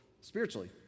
spiritually